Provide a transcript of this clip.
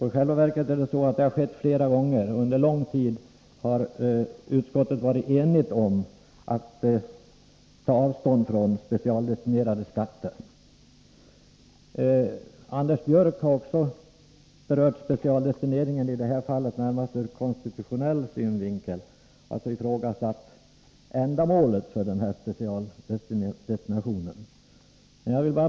I själva verket har utskottet under lång tid varit enigt om att ta avstånd från specialdestinerade skatter. Även Anders Björck berörde specialdestinationen, i detta fall närmast ur konstitutionell synvinkel. Han ifrågasatte ändamålet med specialdestinationen.